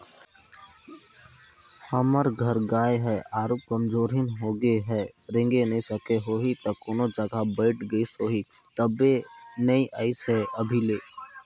हमर घर गाय ह आरुग कमजोरहिन होगें हे रेंगे नइ सकिस होहि त कोनो जघा बइठ गईस होही तबे नइ अइसे हे अभी ले